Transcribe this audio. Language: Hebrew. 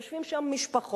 יושבות שם משפחות,